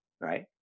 right